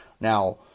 Now